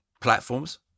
platforms